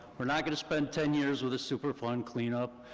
we're not going to spend ten years with a superfund cleanup,